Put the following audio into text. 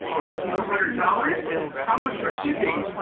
oh four hundred dollars? how much for shipping?